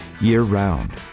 year-round